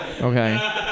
okay